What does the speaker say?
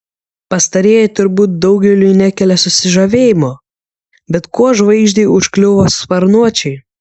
pastarieji turbūt daugeliui nekelia susižavėjimo bet kuo žvaigždei užkliuvo sparnuočiai